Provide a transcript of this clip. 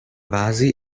vasi